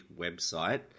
website